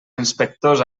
inspectors